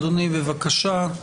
אדוני, בבקשה.